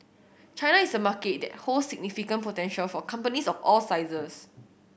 China is a market that holds significant potential for companies of all sizes